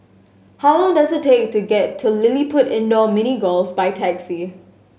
how long does it take to get to LilliPutt Indoor Mini Golf by taxi